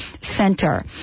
Center